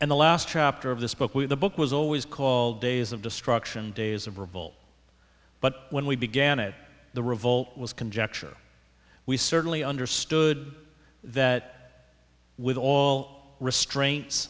in the last chapter of this book we the book was always called days of destruction days of revolt but when we began it the revolt was conjecture we certainly understood that with all restraints